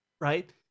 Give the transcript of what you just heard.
right